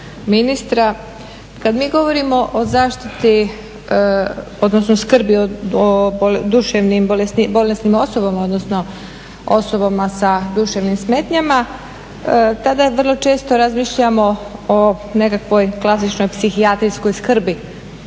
kad mi govorimo o zaštiti, odnosno skrbi o duševni bolesnim osobama, odnosno osobama sa duševnim smetnjama tada vrlo često razmišljamo o nekakvoj klasičnoj psihijatrijskoj skrbi.